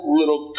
little